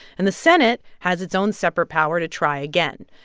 and the senate has its own separate power to try again.